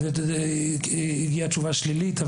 והגיעה תשובה שלילית,